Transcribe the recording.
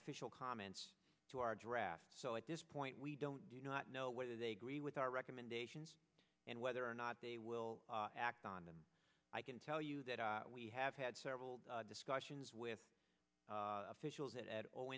official comments to our draft so at this point we don't do not know whether they agree with our recommendations and whether or not they will act on them i can tell you that we have had several discussions with officials at a